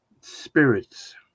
spirits